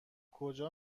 کجا